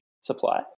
supply